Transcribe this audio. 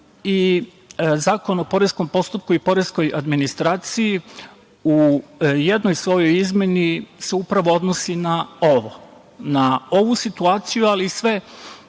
Zakon o poreskom postupku i poreskoj administraciji u jednoj svojoj izmeni se upravo odnosi na ovo, na ovu situaciju, ali i sve